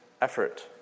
effort